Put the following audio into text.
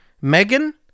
Megan